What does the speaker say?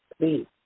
please